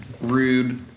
rude